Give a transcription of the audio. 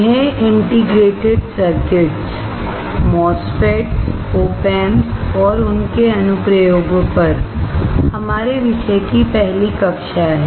यह integrated circuit MOSFETS Op amps और उनके अनु प्रयोगों पर हमारे विषय की पहली कक्षा है